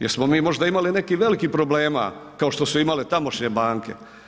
Jesmo mi možda imali nekih velikih problema kao što su imale tamošnje banke?